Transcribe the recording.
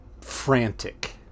frantic